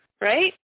Right